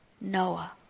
Noah